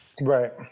Right